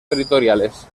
territoriales